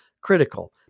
critical